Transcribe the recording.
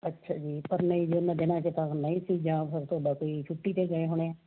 ਅੱਛਾ ਜੀ ਪਰ ਨਹੀਂ ਜੀ ਉਹਨਾਂ ਦਿਨਾਂ 'ਚ ਤਾਂ ਨਹੀਂ ਸੀ ਜਾਂ ਫਿਰ ਤੁਹਾਡਾ ਕੋਈ ਛੁੱਟੀ 'ਤੇ ਗਏ ਹੋਣੇ ਆ